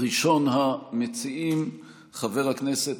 הצעות מס' 1148,